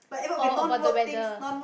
oh about the weather